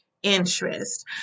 Interest